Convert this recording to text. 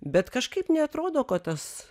bet kažkaip neatrodo kad tos